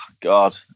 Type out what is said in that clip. god